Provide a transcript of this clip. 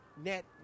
net